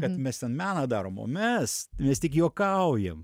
kad mes ten meną darom o mes mes tik juokaujam